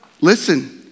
listen